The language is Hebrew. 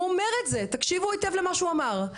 הוא אומר את זה תקשיבו היטב למה שהוא אמר,